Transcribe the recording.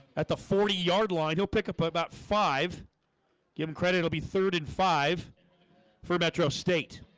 at the forty yard line, he'll pick up about five give him credit. it'll be third and five for metro state